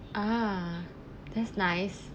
ah that's nice